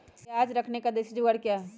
प्याज रखने का देसी जुगाड़ क्या है?